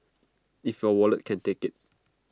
if your wallet can take IT